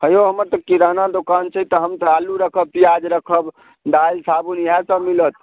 हयौ हमर तऽ किराना दोकान छै तऽ हम तऽ आलू रखब पिआज रखब दालि साबुन इहए सभ मिलत